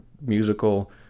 musical